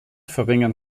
verringern